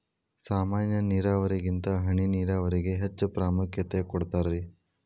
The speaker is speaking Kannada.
ಸಾಮಾನ್ಯ ನೇರಾವರಿಗಿಂತ ಹನಿ ನೇರಾವರಿಗೆ ಹೆಚ್ಚ ಪ್ರಾಮುಖ್ಯತೆ ಕೊಡ್ತಾರಿ